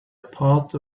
part